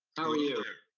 how are you?